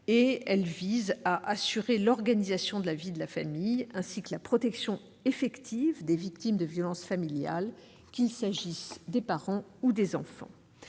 pénale ainsi qu'à assurer l'organisation de la vie de famille et la protection effective des victimes de violences familiales, qu'il s'agisse des parents ou des enfants.